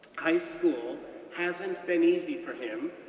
high school hasn't been easy for him,